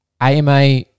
AMA